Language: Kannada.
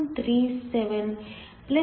37 ಆಗಿದೆ